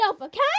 okay